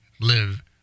live